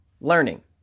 learning